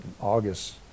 August